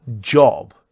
Job